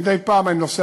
מדי פעם אני נוסע,